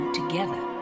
together